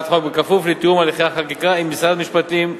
החוק כפוף לתיאום הליכי החקיקה עם משרדי המשפטים,